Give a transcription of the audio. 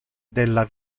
della